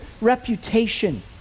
reputation